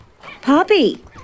Poppy